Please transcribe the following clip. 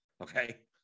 Okay